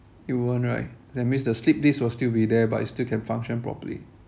you won't right that means the slipped disc will still be there but it still can function properly